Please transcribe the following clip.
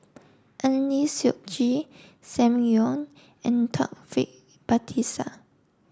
Eng Lee Seok Chee Sam Leong and Taufik Batisah